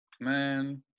Man